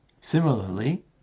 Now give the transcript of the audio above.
Similarly